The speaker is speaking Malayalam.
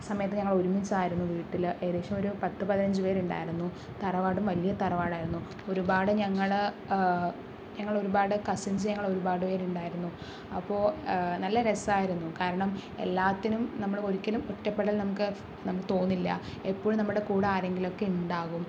സമയത്തും ഞങ്ങൾ ഒരുമിച്ചായിരുന്നു വീട്ടിൽ ഏകദേശം ഒരു പത്തു പതിനഞ്ചുപേരുണ്ടായിരുന്നു തറവാടും വലിയ തറവാടായിരുന്നു ഒരുപാടു ഞങ്ങൾ ഞങ്ങൾ ഒരുപാട് കസിൻസ് ഞങ്ങളൊരുപാട് പേരുണ്ടായിരുന്നു അപ്പോൾ നല്ല രസമായിരുന്നു കാരണം എല്ലാത്തിനും നമ്മൾ ഒരിക്കലും ഒറ്റപ്പെടൽ നമുക്ക് നമുക്ക് തോന്നില്ല എപ്പോഴും നമ്മുടെ കൂടെ ആരെങ്കിലുമൊക്കെ ഉണ്ടാകും